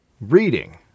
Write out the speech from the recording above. reading